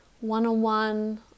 one-on-one